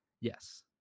Yes